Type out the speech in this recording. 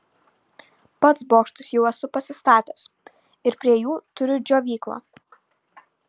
pats bokštus jau esu pasistatęs ir prie jų turiu džiovyklą